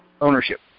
ownership